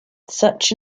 such